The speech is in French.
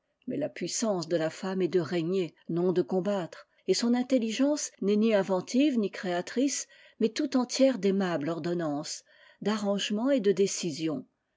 maislapuissancede la femme est de régner non de combattre et son intelligence n'est ni inventive ni créatrice mais tout entière d'aimable ordonnance d'arrangement et de décision